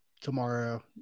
tomorrow